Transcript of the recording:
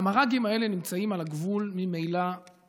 המר"גים האלה נמצאים על גבול תקציבי.